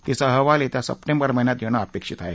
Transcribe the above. तीचा अहवाल येत्या सप्टेंबर महिन्यात येणं अपेक्षित आहे